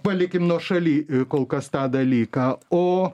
palikim nuošaly kol kas tą dalyką o